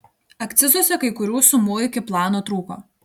akcizuose kai kurių sumų iki plano trūko